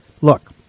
Look